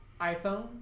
iPhone